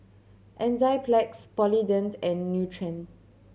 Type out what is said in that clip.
Enzyplex Polident and Nutren